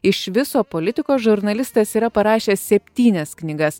iš viso politikos žurnalistas yra parašęs septynias knygas